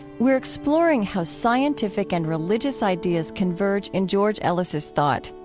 we're exploring how scientific and religious ideas converge in george ellis's thought.